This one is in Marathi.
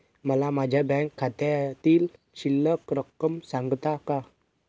मला माझ्या बँक खात्यातील शिल्लक रक्कम सांगता का?